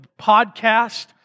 podcast